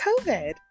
COVID